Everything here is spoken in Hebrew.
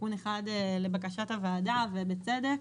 תיקון אחד לבקשת הוועדה, ובצדק,